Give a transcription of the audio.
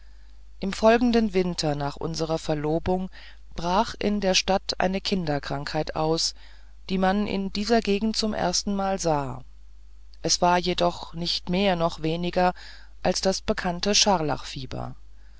im folgenden winter nach unsrer verlobung brach in der stadt eine kinderkrankheit aus die man in dieser gegend zum ersten male sah es war jedoch nicht mehr noch weniger als das bekannte